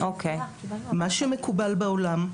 מה שמקובל בעולם,